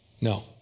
No